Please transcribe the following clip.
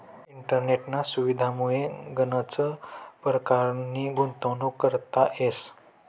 इंटरनेटना सुविधामुये गनच परकारनी गुंतवणूक करता येस